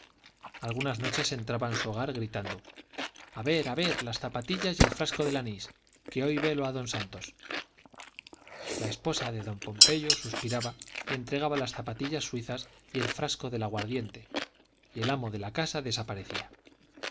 algunas noches entraba en su hogar gritando a ver a ver las zapatillas y el frasco del anís que hoy velo a don santos la esposa de don pompeyo suspiraba y entregaba las zapatillas suizas y el frasco del aguardiente y el amo de la casa desaparecía